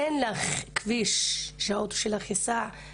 אין לי כביש כדי שהאוטו שלי ייסע כמו שצריך,